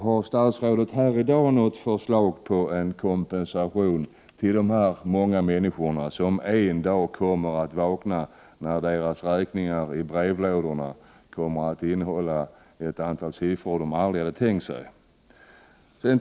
Har statsrådet här i dag något förslag till en kompensation till dessa många människor som en dag kommer att vakna, när deras räkningar i brevlådan innehåller siffror de aldrig hade kunnat tänka sig? Herr talman!